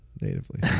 natively